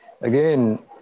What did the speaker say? Again